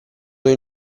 del